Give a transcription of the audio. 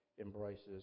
embraces